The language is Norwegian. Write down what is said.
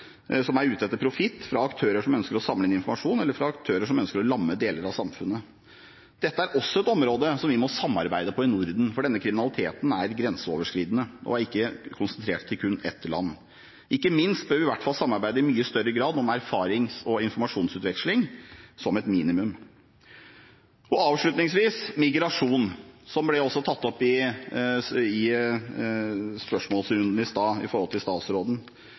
som er ute etter profitt, fra aktører som ønsker å samle inn informasjon, eller fra aktører som ønsker å lamme deler av samfunnet. Dette er også et område som vi må samarbeide om i Norden, for denne kriminaliteten er grenseoverskridende og ikke konsentrert i kun ett land. Ikke minst bør vi i hvert fall samarbeide i mye større grad om erfarings- og informasjonsutveksling, som et minimum. Avslutningsvis migrasjon, som også ble tatt opp i spørsmålsrunden i sted med statsråden.